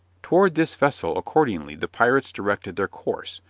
toward this vessel accordingly the pirates directed their course,